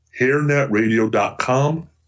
HairNetRadio.com